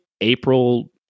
April